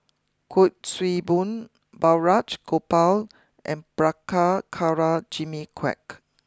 Kuik Swee Boon Balraj Gopal and Jimmy Quek